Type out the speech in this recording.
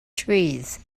trees